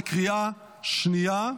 בקריאה שנייה,